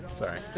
Sorry